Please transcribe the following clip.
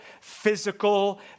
physical